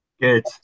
good